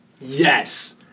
yes